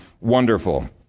wonderful